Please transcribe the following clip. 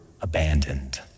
abandoned